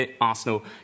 Arsenal